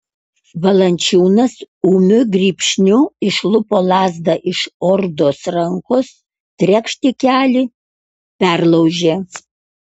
valančiūnas ūmiu grybšniu išlupo lazdą iš ordos rankos trekšt į kelį perlaužė